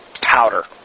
powder